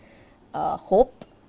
uh hope